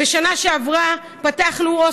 בשנה שעברה פתחנו,